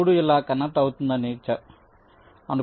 3 ఇలా కనెక్ట్ అవుతుందని చెప్పండి